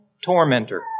tormentor